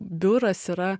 biuras yra